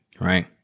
Right